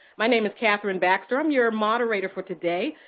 my name is kathryn baxter. i'm your moderator for today,